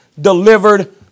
delivered